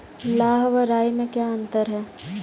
लाह व राई में क्या अंतर है?